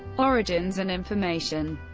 origins and information